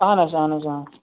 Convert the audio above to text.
اَہن حظ اَہن حظ